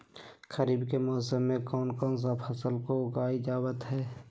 खरीफ के मौसम में कौन कौन सा फसल को उगाई जावत हैं?